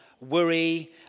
worry